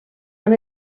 han